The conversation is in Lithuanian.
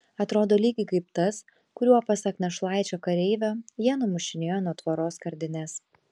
atrodo lygiai kaip tas kuriuo pasak našlaičio kareivio jie numušinėjo nuo tvoros skardines